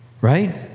right